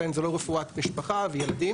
אז לכן זו לא רפואת משפחה וילדים.